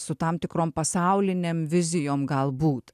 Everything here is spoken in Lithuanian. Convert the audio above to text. su tam tikrom pasaulinėm vizijom galbūt